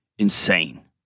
insane